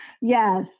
Yes